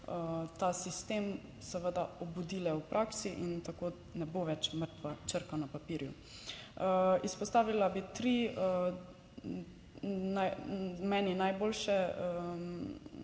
ta sistem seveda obudile v praksi in tako ne bo več mrtva črka na papirju. Izpostavila bi tri meni najboljše